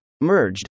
merged